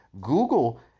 Google